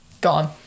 gone